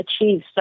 achieve